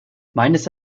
meines